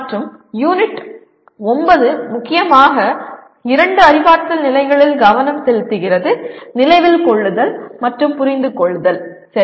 மற்றும் யூனிட் 9 முக்கியமாக இரண்டு அறிவாற்றல் நிலைகளில் கவனம் செலுத்துகிறது நினைவில் கொள்ளுதல் மற்றும் புரிந்து கொள்ளுதல் சரி